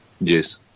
Yes